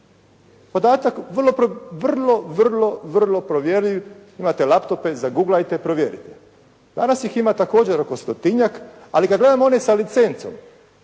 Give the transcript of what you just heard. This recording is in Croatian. Podatak vrlo provjerljiv, imate laptope, zaguglajte, provjerite. Danas ih ima također oko stotinjak, ali kad gledamo one sa licencom,